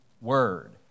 word